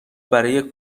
برای